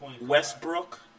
Westbrook